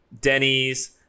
Denny's